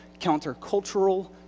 countercultural